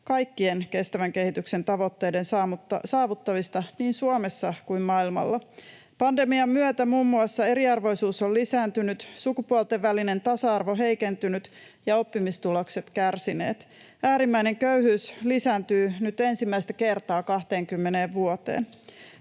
kaikkien kestävän kehityksen tavoitteiden saavuttamista niin Suomessa kuin maailmalla. Pandemian myötä muun muassa eriarvoisuus on lisääntynyt ja sukupuolten välinen tasa-arvo heikentynyt ja oppimistulokset ovat kärsineet. Äärimmäinen köyhyys lisääntyy nyt ensimmäistä kertaa 20 vuoteen.